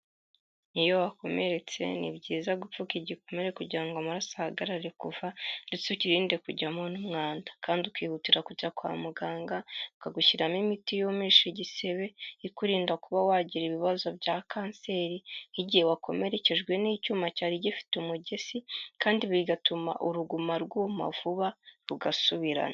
Iyo wakomeretse ni byiza gupfuka igikomere kugira ngo amaraso ahagarare kuva, ndetse ukirinde kujyamo n'umwanda. Kandi ukihutira kujya kwa muganga, bakagushyiriramo imiti yumisha igisebe, ikurinda kuba wagira ibibazo bya kanseri, nk'igihe wakomerekejwe n'icyuma cyari gifite umugesi, kandi bigatuma uruguma rwuma vuba rugasubirana.